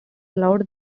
allowed